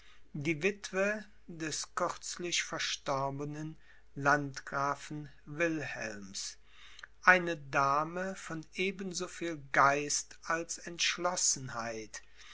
die wittwe des kürzlich verstorbenen landgrafen wilhelms eine dame von eben so viel geist als entschlossenheit